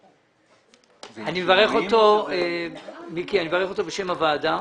אני מברך אותך בשם הוועדה.